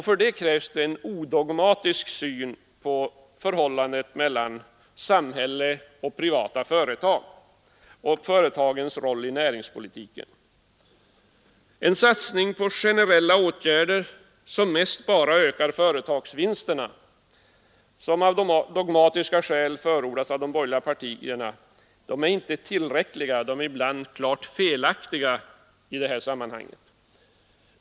För detta krävs en odogmatisk syn på samhällets och de privata företagens roll i näringspolitiken. En satsning på generella åtgärder, som till största delen bara ökar företagsvinsterna och som av dogmatiska skäl förordas av de borgerliga partierna, är inte bara otillräcklig utan ibland också klart felaktig i detta sammanhang.